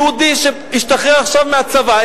יהודי שהשתחרר עכשיו מהצבא,